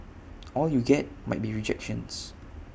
all you get might be rejections